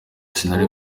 sinari